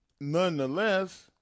nonetheless